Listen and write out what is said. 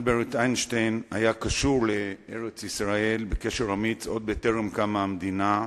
אלברט איינשטיין היה קשור לארץ-ישראל בקשר אמיץ עוד בטרם קמה המדינה,